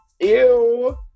ew